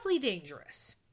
dangerous